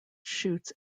shoots